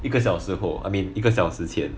一个小时候后 I mean 一个小时前